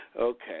Okay